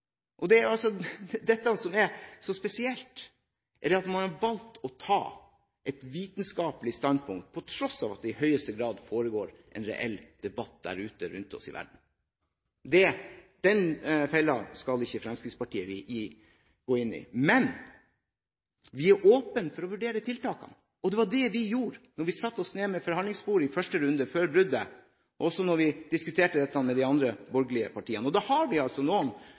presentert. Det er altså dette som er så spesielt: at man har valgt å ta et vitenskaplig standpunkt på tross av at det i høyeste grad foregår en reell debatt der ute rundt oss i verden. Den fellen skal ikke Fremskrittspartiet gå i. Men vi er åpne for å vurdere tiltakene. Det var det vi gjorde da vi satte oss ned ved forhandlingsbordet i første runde, før bruddet – også da vi diskuterte dette med de andre borgerlige partiene. Da har vi altså